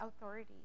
authority